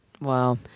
Wow